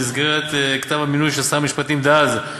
במסגרת כתב המינוי של שר המשפטים דאז,